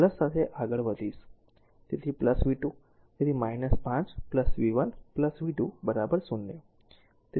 તેથી v 2 તેથી 5 v 1 v 2 0